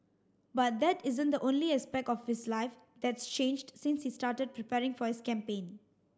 but that isn't the only aspect of his life that's changed since he started preparing for his campaign